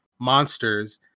monsters